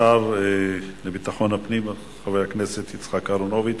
השר לביטחון הפנים, חבר הכנסת יצחק אהרונוביץ,